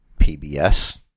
PBS